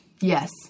Yes